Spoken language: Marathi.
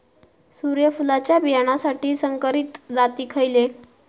सूर्यफुलाच्या बियानासाठी संकरित जाती खयले?